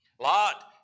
Lot